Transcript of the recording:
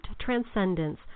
transcendence